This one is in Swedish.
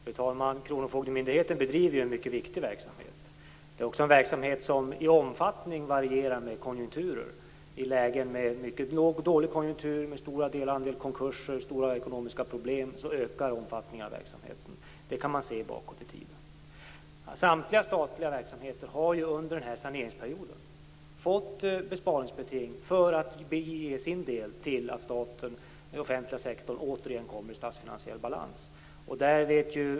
Fru talman! Kronofogdemyndigheten bedriver ju en mycket viktig verksamhet. Det är också en verksamhet som i omfattning varierar med konjunkturerna. I lägen med dålig konjunktur, med en stor andel konkurser och stora ekonomiska problem ökar omfattningen av verksamheten. Det kan man se bakåt i tiden. Samtliga statliga verksamheter har ju under saneringsperioden fått besparingsbeting för att ge sin del till att den offentliga sektorn kommer i statsfinansiell balans.